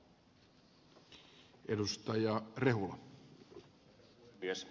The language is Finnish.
arvoisa puhemies